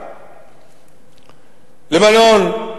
לבנון,